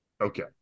Okay